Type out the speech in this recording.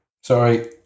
Sorry